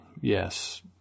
yes